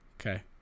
Okay